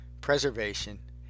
preservation